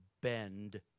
bend